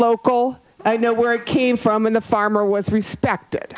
local i know where it came from when the farmer was respected